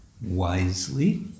Wisely